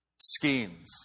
schemes